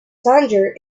tangier